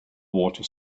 water